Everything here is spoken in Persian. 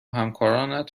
همکارانت